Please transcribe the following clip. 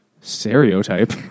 stereotype